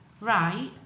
right